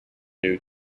new